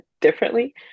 differently